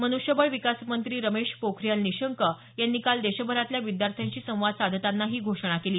मनुष्यबळ विकास मंत्री रमेश पोखरियाल निशंक यांनी काल देशभरातल्या विद्यार्थ्यांशी संवाद साधताना ही घोषणा केली